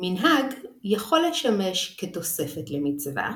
מנהג יכול לשמש כתוספת למצווה,